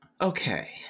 Okay